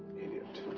idiot.